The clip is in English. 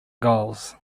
goals